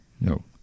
no